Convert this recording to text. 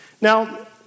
Now